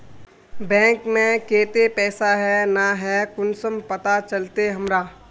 Bank में केते पैसा है ना है कुंसम पता चलते हमरा?